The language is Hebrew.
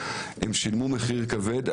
שילמו מחיר כבד.